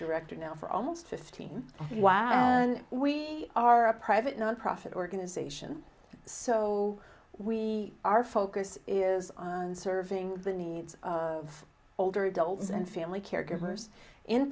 director now for almost fifteen while and we are a private nonprofit organization so we our focus is serving the needs of older adults and family caregivers in